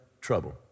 trouble